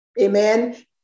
amen